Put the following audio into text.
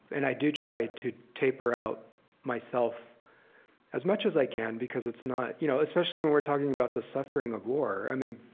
and i do try to taper out myself as much as i can, because it's not, you know, especially when we're talking about the suffering of war. i mean,